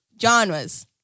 Genres